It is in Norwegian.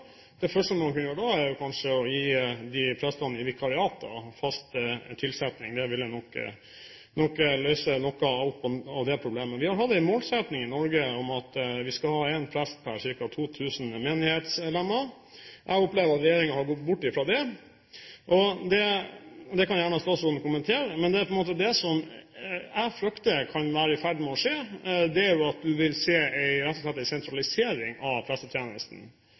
Det første man kunne gjøre da, er kanskje å gi prestene i vikariater fast tilsetting. Det ville nok løse noe av problemet. Vi har hatt en målsetting i Norge om at vi skal ha én prest per ca. 2 000 menighetslemmer. Jeg opplever at regjeringen har gått bort fra det, og det kan gjerne statsråden kommentere, men det som jeg frykter kan være i ferd med å skje, er at man rett og slett vil se en sentralisering av prestetjenesten. Så får jeg håpe at det i Hamar og